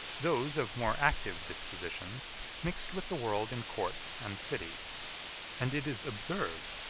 those of more active dispositions mixed with the world in courts and cities and it is observed,